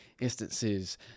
instances